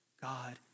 God